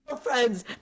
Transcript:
Friends